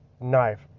knife